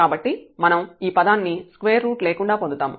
కాబట్టి మనం ఈ పదాన్ని స్క్వేర్ రూట్ లేకుండా పొందుతాము